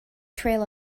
trail